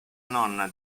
nonna